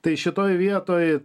tai šitoj vietoj